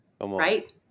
Right